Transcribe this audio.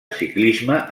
ciclisme